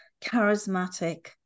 charismatic